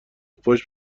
پشت